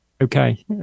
Okay